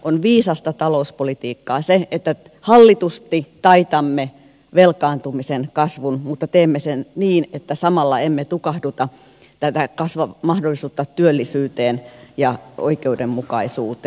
on viisasta talouspolitiikkaa se että hallitusti taitamme velkaantumisen kasvun mutta teemme sen niin että samalla emme tukahduta tätä mahdollisuutta työllisyyteen ja oikeudenmukaisuuteen